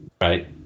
right